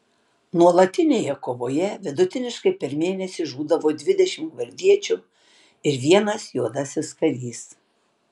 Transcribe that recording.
nuolatinėje kovoje vidutiniškai per mėnesį žūdavo dvidešimt gvardiečių ir vienas juodasis karys